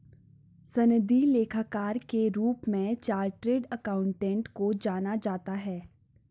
सनदी लेखाकार के रूप में चार्टेड अकाउंटेंट को जाना जाता है